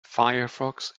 firefox